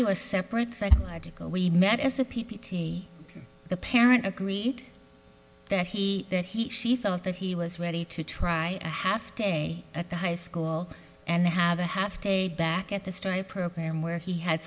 do a separate psychological we met as a p p t the parent agreed that he that he she felt that he was ready to try a half day at the high school and have a half day back at the start of program where he had